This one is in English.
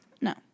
No